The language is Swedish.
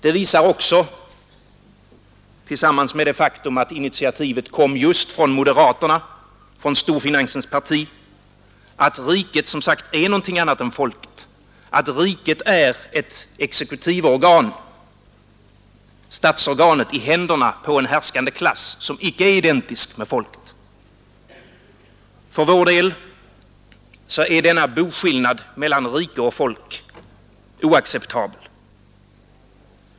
Det visar också — tillsammans med det faktum att initiativet kom just från moderaterna, från storfinansens parti — att riket, som alltså är någonting annat än folket, är ett exekutivt organ, ett statsorgan i händerna på en härskande klass som icke är identisk med folket. För vår del är denna boskillnad mellan rike och folk oacceptabel.